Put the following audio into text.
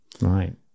Right